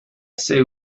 say